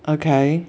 okay